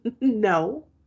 No